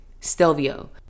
stelvio